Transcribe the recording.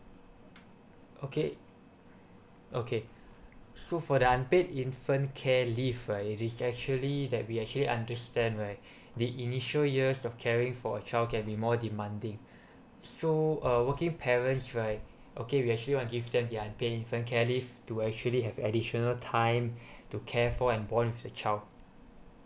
okay okay so for the unpaid infant care leave right it is actually that we actually understand right the initial years of caring for a childcare can be more demanding so uh working parents right okay we actually want give them the unpaid infant care leave to actually have additional time to care for and born with the child